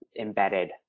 embedded